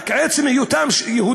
רק בגלל עצם היותם בדואים?